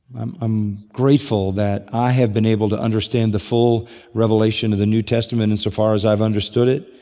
i'm grateful that i have been able to understand the full revelation of the new testament insofar as i've understood it.